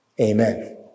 Amen